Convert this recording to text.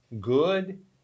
good